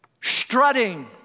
strutting